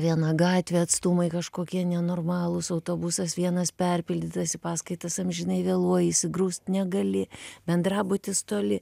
viena gatvė atstumai kažkokie nenormalūs autobusas vienas perpildytas į paskaitas amžinai vėluoji įsigrūst negali bendrabutis toli